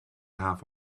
half